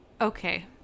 Okay